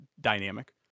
dynamic